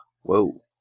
Whoa